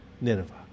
Nineveh